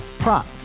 Prop